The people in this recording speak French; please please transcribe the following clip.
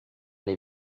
les